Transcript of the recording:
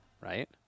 right